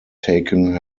taking